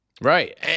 Right